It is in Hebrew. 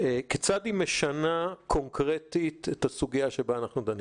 כיצד היא משנה קונקרטית את הסוגיה בה אנחנו דנים?